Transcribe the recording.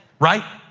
right?